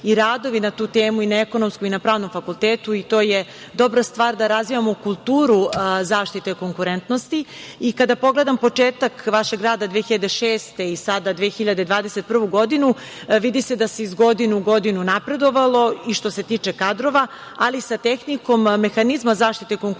i radovi na tu temu na ekonomskom i na pravnom fakultetu. To je dobra stvar, da razvijamo kulturu zaštite konkurentnosti. Kada pogledam početak vašeg rada 2006. i sada 2021. godinu, vidi se da se iz godine u godinu napredovalo i što se tiče kadrova, ali i sa tehnikom mehanizma zaštite konkurencije